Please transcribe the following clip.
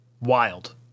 wild